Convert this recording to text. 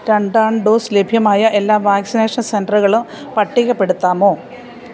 രണ്ടാം ഡോസ് ലഭ്യമായ എല്ലാ വാക്സിനേഷൻ സെൻറ്ററുകളും പട്ടികപ്പെടുത്താമോ